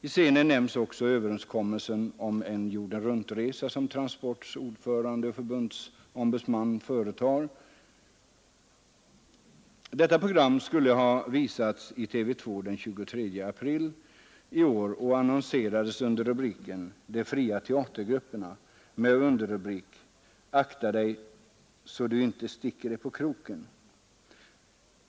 I scenen nämns även öÖverens kommelsen om den jordenruntresa som Transports ordförande och förbundsombudsman företar. Detta program skulle ha visats i TV 2 den 23 april i år och annonserades under rubriken ”De fria teatergrupperna” med underrubrik: ”Akta dej så du inte sticker dej på kroken”.